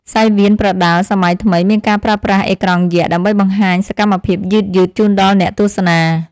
សង្វៀនប្រដាល់សម័យថ្មីមានការប្រើប្រាស់អេក្រង់យក្ស ដើម្បីបង្ហាញសកម្មភាពយឺតៗជូនដល់អ្នកទស្សនា។